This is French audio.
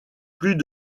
plus